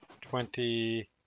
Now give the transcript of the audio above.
twenty